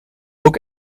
ook